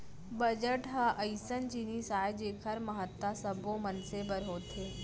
budget ह अइसन जिनिस आय जेखर महत्ता सब्बो मनसे बर होथे